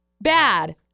bad